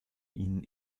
ihnen